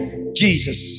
Jesus